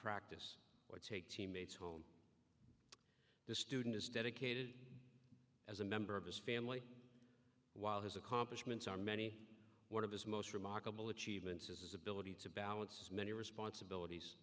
practice or take teammates hold the student as dedicated as a member of his family while his accomplishments are many one of his most remarkable achievements is his ability to balance as many responsibilities